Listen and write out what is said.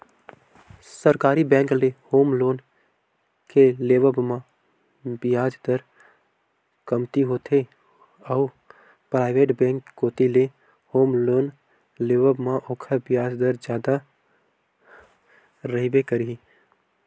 सरकारी बेंक ले home loan के लेवब म बियाज दर कमती होथे अउ पराइवेट बेंक कोती ले होम लोन लेवब म ओखर बियाज दर जादा रहिबे करही